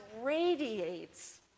radiates